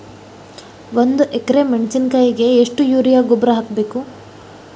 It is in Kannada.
ಒಂದು ಎಕ್ರೆ ಮೆಣಸಿನಕಾಯಿಗೆ ಎಷ್ಟು ಯೂರಿಯಾ ಗೊಬ್ಬರ ಹಾಕ್ಬೇಕು?